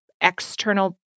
external